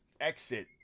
exit